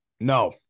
No